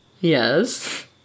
Yes